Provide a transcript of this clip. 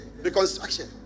reconstruction